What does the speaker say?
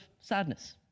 sadness